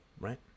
right